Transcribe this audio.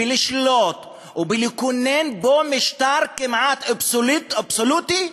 בלשלוט ובלכונן פה משטר כמעט אבסולוטי,